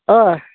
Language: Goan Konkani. हय